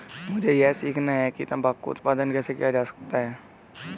मुझे यह सीखना है कि तंबाकू उत्पादन कैसे किया जा सकता है?